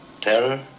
Terror